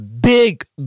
big